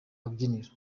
kabyiniro